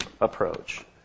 approach